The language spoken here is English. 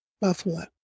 Buffalo